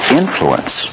influence